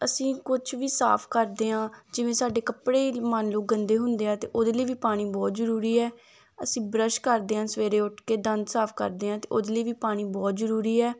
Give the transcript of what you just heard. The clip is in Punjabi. ਅਸੀਂ ਕੁਛ ਵੀ ਸਾਫ ਕਰਦੇ ਹਾਂ ਜਿਵੇਂ ਸਾਡੇ ਕੱਪੜੇ ਦੀ ਮੰਨ ਲਓ ਗੰਦੇ ਹੁੰਦੇ ਆ ਤਾਂ ਉਹਦੇ ਲਈ ਵੀ ਪਾਣੀ ਬਹੁਤ ਜ਼ਰੂਰੀ ਹੈ ਅਸੀਂ ਬਰੱਸ਼ ਕਰਦੇ ਹਾਂ ਸਵੇਰੇ ਉੱਠ ਕੇ ਦੰਦ ਸਾਫ ਕਰਦੇ ਹਾਂ ਤਾਂ ਉਹਦੇ ਲਈ ਵੀ ਪਾਣੀ ਬਹੁਤ ਜ਼ਰੂਰੀ ਹੈ